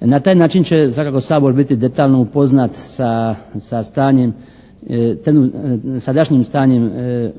Na taj način će svakako Sabor biti detaljno upoznat sa stanjem, sadašnjim stanjem